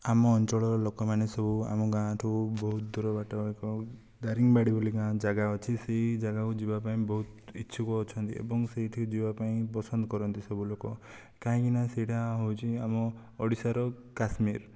ଆମ ଅଞ୍ଚଳର ଲୋକମାନେ ସବୁ ଆମ ଗାଁ ଠାରୁ ବହୁତ ଦୂର ବାଟ ଏକ ଦାରିଙ୍ଗବାଡ଼ି ବୋଲି ଗାଁ ଅଛି ଜାଗା ଅଛି ସେହି ଜାଗାକୁ ଯିବା ପାଇଁ ବହୁତ ଇଛୁକ ଅଛନ୍ତି ଏବଂ ସେଠିକି ଯିବା ପାଇଁ ପସନ୍ଦ କରନ୍ତି ସବୁ ଲୋକ କାହିଁକିନା ସେଇଟା ହେଉଛି ଆମ ଓଡ଼ିଶାର କାଶ୍ମୀର